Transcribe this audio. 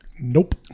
Nope